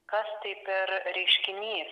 kas tai per reiškinys